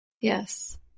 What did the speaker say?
Yes